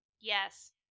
Yes